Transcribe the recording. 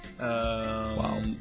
wow